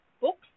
books